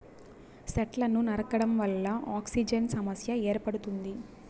సెట్లను నరకడం వల్ల ఆక్సిజన్ సమస్య ఏర్పడుతుంది